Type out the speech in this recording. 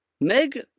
Meg